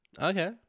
Okay